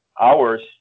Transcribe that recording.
hours